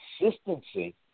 consistency